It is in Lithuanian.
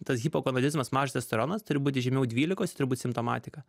tas hipogonadizmas mažas testosteronas turi būti žemiau dvylikos ir turi būt simptomatika